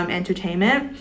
Entertainment